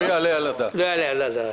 לא יעלה על הדעת.